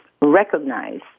recognize